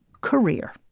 career